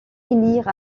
élire